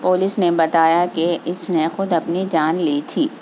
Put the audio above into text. police نے بتایا کہ اس نے خود اپنی جان لی تھی